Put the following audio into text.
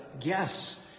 yes